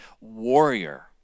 warrior